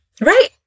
right